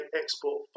export